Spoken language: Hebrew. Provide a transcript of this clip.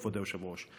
כבוד היושב-ראש,